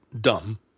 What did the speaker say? dumb